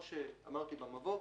כמו שאמרתי במבוא,